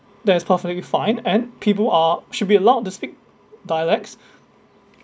that is perfectly fine and people are should be allowed to speak dialects